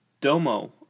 Domo